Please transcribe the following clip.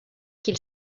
qu’il